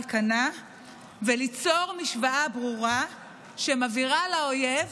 כנה וליצור משוואה ברורה שמבהירה לאויב